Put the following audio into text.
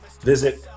visit